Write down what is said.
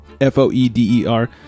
F-O-E-D-E-R